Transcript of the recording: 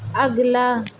اگلا